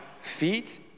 feet